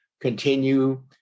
continue